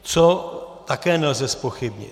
Co také nelze zpochybnit?